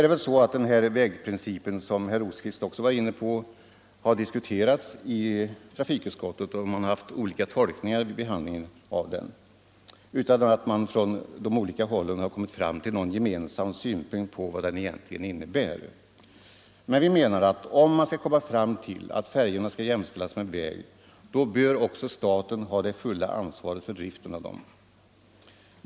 Den här s.k. vägprincipen, som herr Rosqvist också var inne på, har diskuterats i trafikutskottet vid behandlingen av propositionen utan att man från de olika hållen har kommit fram till någon gemensam synpunkt på vad den egentligen innebär. Men vi menar att om man skall komma fram till att färjorna skall jämställas med väg, då bör också staten ha det fulla ansvaret för driften av färjorna.